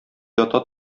ята